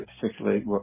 particularly